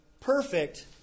perfect